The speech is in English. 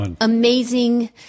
amazing